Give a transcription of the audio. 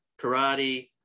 karate